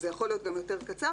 זה יכול להיות גם יותר קצר,